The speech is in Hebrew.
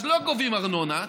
אז לא גובים ארנונה.